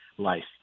life